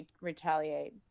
retaliate